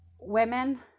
women